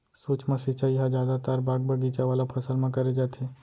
सूक्ष्म सिंचई ह जादातर बाग बगीचा वाला फसल म करे जाथे